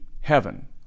heaven